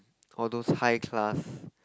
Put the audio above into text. all those high class